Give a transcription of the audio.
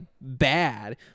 bad